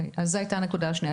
אז זאת הייתה הנקודה השנייה.